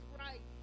right